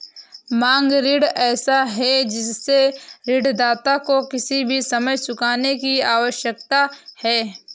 मांग ऋण ऐसा है जिससे ऋणदाता को किसी भी समय चुकाने की आवश्यकता है